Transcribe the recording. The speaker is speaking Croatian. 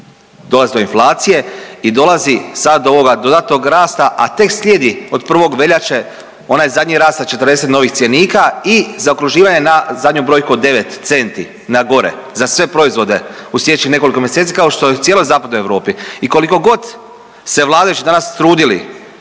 Dolazi do inflacije i dolazi sada do ovog dodatnog rasta, a tek slijedi od 1. veljače onaj zadnji rast sa 40 novih cjenika i zaokruživanje na zadnju brojku od 9 centi za gore za sve proizvode u slijedećih nekoliko mjeseci kao što je u cijeloj Zapadnoj Europi. I koliko god se vladajući danas trudili